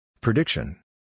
Prediction